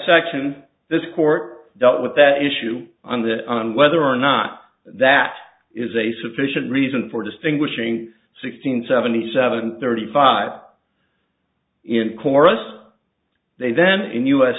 section this court dealt with that issue on the on whether or not that is a sufficient reason for distinguishing sixteen seventy seven and thirty five in chorus they then in u